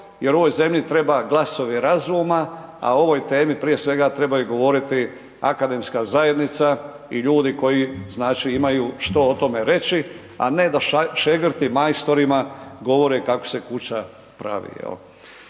jer u ovoj zemlji treba glasovi razuma, a o ovoj temi prije svega trebaju govoriti akademska zajednica i ljudi koji znači imaju što o tome reći, a ne da šegrti majstorima govore kako se kuća pravi